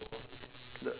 the